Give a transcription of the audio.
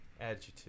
Adjective